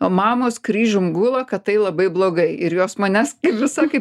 o mamos kryžium gula kad tai labai blogai ir jos manęs visa kaip